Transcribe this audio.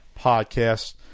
podcast